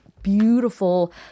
beautiful